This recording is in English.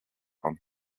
down